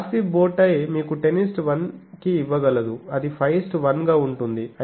RC బో టై మీకు 10 1 కి ఇవ్వగలదు అది 5 1 గా ఉంటుంది